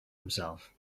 himself